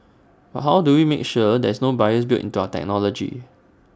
how do we make sure there is no bias built into our technology